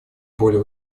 более